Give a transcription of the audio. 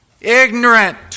ignorant